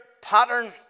pattern